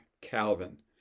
Calvin